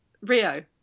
Rio